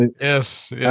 yes